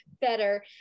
better